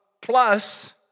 plus